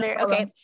Okay